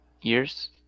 years